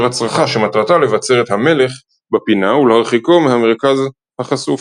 הצרחה שמטרתה לבצר את המלך בפינה ולהרחיקו מהמרכז החשוף.